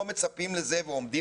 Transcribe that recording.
שיהיה